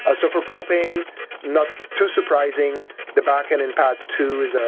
ah so for propane not too surprising the bakken in padd two is,